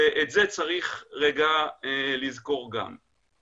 ואת זה צריך רגע לזכור גם.